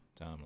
timeline